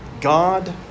God